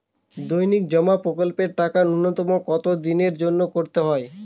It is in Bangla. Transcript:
দৈনিক জমা প্রকল্পের টাকা নূন্যতম কত দিনের জন্য করতে হয়?